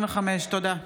תודה.